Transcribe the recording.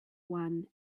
one